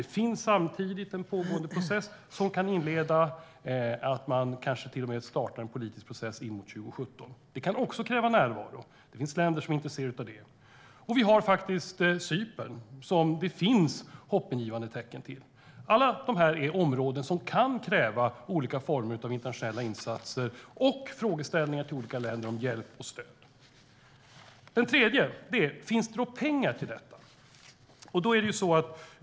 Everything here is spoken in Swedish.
Det finns samtidigt ett pågående skeende som kan inleda en start av en politisk process in mot 2017. Det kan också kräva närvaro, och det finns länder som är intresserade. Sedan finns Cypern. Det finns hoppingivande tecken. Alla dessa områden kan kräva olika former av internationella insatser och frågor till olika länder om hjälp och stöd. Den tredje delen handlar om huruvida det finns pengar.